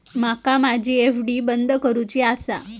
माका माझी एफ.डी बंद करुची आसा